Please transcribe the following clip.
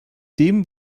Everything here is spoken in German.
dem